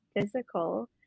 physical